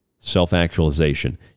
Self-actualization